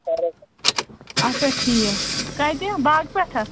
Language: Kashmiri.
اچھا ٹھیٖک کَتہِ باغہٕ پٮ۪ٹھاہ